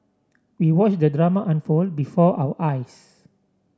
we watched the drama unfold before our eyes